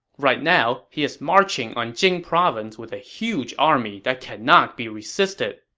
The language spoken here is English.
right now, he is marching on jing province with a huge army that cannot be resisted.